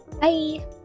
Bye